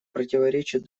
противоречит